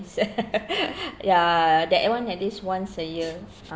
se~ ya that one at least once a year